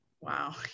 Wow